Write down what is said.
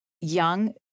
young